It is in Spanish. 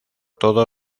todo